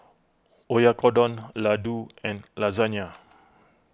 Oyakodon Ladoo and Lasagne